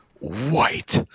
White